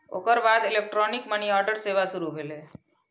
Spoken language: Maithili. ओकर बाद इलेक्ट्रॉनिक मनीऑर्डर सेवा शुरू भेलै